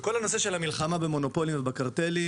בכל הנושא של המלחמה במונופולים ובקרטלים,